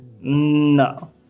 No